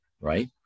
right